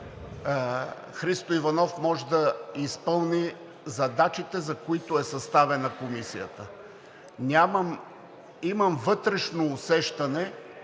Христо Иванов може да изпълни задачите, за които е съставена Комисията. Имам вътрешно усещане,